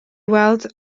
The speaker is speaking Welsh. weld